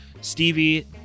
Stevie